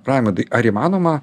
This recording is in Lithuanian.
raimondai ar įmanoma